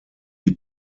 die